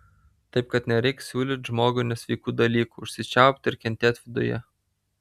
taip kad nereik siūlyt žmogui nesveikų dalykų užsičiaupt ir kentėt viduje